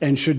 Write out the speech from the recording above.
and should